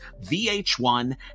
VH1